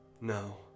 No